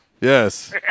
Yes